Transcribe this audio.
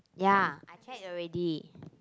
ya I check already